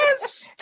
Yes